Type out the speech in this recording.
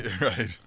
Right